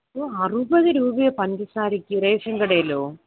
ഓ അറുപത് രൂപയോ പഞ്ചസാരക്ക് റേഷൻ കടയിലോ